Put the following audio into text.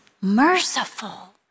merciful